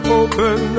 open